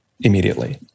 immediately